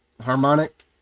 harmonic